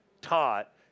taught